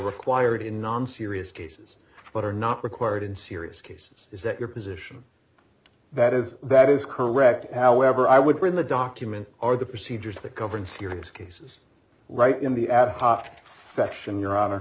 required in non serious cases but are not required in serious cases is that your position that is that is correct however i would bring the documents are the procedures that covered cyrix cases right in the ad hoc section your honor